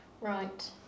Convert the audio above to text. Right